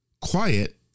quiet